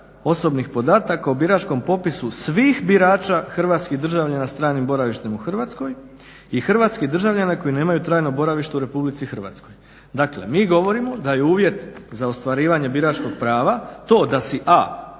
osobnih podataka o biračkom popisu svih birača hrvatskih državljana sa stranim boravištem u Hrvatskoj i hrvatskih državljana koji nemaju trajno boravište u RH. Dakle, mi govorimo da je uvjet za ostvarivanje biračkog prava to da si a)